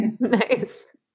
Nice